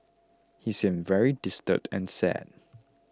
he seemed very disturbed and sad